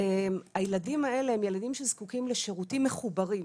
הילדים האלה הם ילדים שזקוקים לשירותים מחוברים.